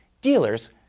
dealers